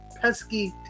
pesky